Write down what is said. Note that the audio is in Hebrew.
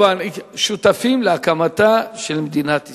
שותפים להקמתה של מדינת ישראל.